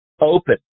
Open